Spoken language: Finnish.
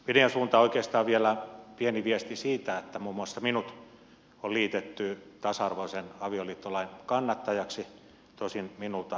median suuntaan oikeastaan vielä pieni viesti siitä että muun muassa minut on liitetty tasa arvoisen avioliittolain kannattajaksi tosin minulta kysymättä